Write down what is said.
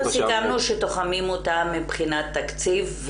אנחנו סיכמנו שתוחמים אותה מבחינת תקציב,